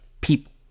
people